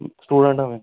अ student आं में